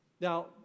Now